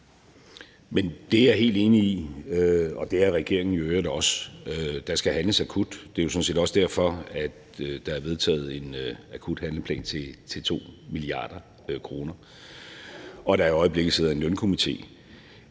(M): Det er jeg helt enig i. Og det er regeringen i øvrigt også. Der skal handles akut, og det er jo også sådan set derfor, at der er vedtaget en akut handleplan til 2 mia. kr. og der i øjeblikket sidder en Lønstrukturkomité.